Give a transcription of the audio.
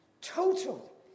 total